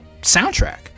soundtrack